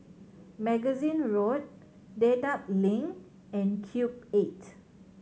Magazine Road Dedap Link and Cube Eight